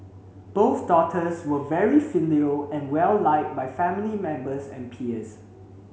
both daughters were very filial and well liked by family members and peers